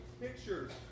pictures